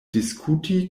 diskuti